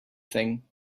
thing